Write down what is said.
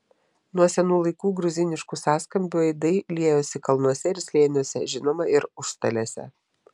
nuo senų laikų gruziniškų sąskambių aidai liejosi kalnuose ir slėniuose žinoma ir užstalėse